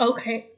Okay